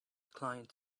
client